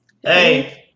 Hey